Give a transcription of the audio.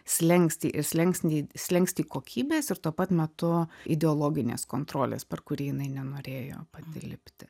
slenkstį ir slenkstį slenkstį kokybės ir tuo pat metu ideologinės kontrolės per kurį jinai nenorėjo pati lipti